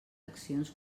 accions